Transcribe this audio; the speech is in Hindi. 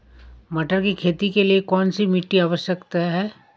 मटर की खेती के लिए कौन सी मिट्टी आवश्यक है?